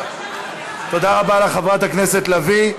תודה רבה לחברת הכנסת לביא.